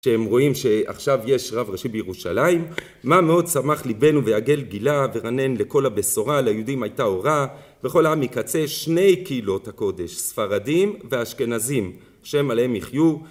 שהם רואים שעכשיו יש רב ראשי בירושלים: מה מאד שמח ליבנו ויגל גילה, ורנן לקול הבשורה, ליהודים היתה אורה, וכל העם מקצה שני קהילות הקודש, ספרדים ואשכנזים, ה׳ עליהם יחיו